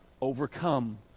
overcome